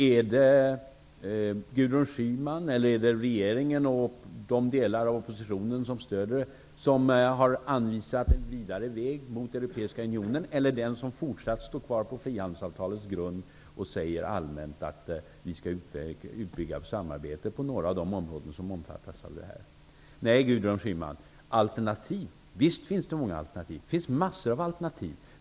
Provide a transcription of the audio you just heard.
Är det Gudrun Schyman eller är det regeringen och de delar av oppositionen som stöder den anvisade väg som går vidare mot den europeiska unionen, eller är det den som fortfarande står kvar på frihandelsavtalets grund och allmänt säger att vi skall bygga ut samarbetet på några av de områden som omfattas av detta? Nej, Gudrun Schyman, visst finns det många alternativ. Det finns massor av alternativ.